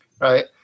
right